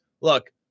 look